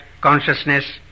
consciousness